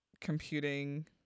computing